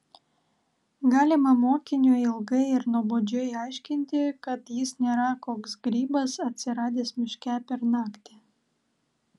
galima mokiniui ilgai ir nuobodžiai aiškinti kad jis nėra koks grybas atsiradęs miške per naktį